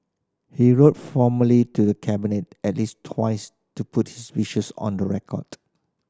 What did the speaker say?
he wrote formally to the Cabinet at least twice to put his wishes on the record